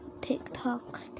TikTok